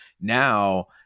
now